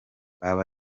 aba